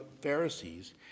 Pharisees